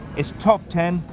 it's top ten,